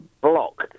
block